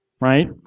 right